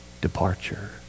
departure